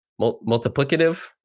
Multiplicative